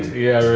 yeah,